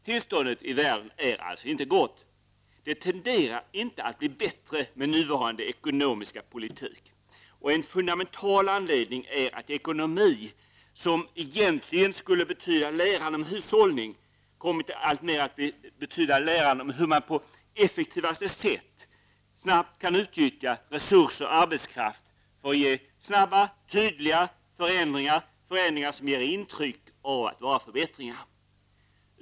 Tillståndet i världen är alltså inte gott. Det tenderar inte heller att bli bättre med nuvarande ekonomiska politik. En fundamental anledning är att ekonomi, som egentligen betyder läran om hushållning, kommit att alltmer bli läran om hur man på effektivaste sätt kan utnyttja resurser och arbetskraft för att ge snabba och tydliga förändringar, förändringar som ger intryck av att vara förbättringar.